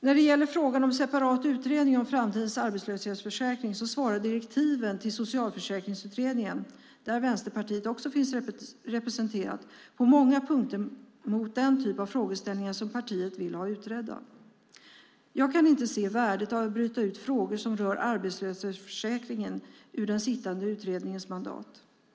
När det gäller frågan om en separat utredning av framtidens arbetslöshetsförsäkring svarar direktiven till Socialförsäkringsutredningen - där Vänsterpartiet också finns representerat - på många punkter mot den typ av frågeställningar som partiet vill ha utredda. Jag kan inte se värdet av att bryta ut frågor som rör arbetslöshetsförsäkringen ur den sittande utredningens mandat.